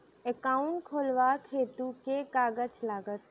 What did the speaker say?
Account खोलाबक हेतु केँ कागज लागत?